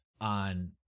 on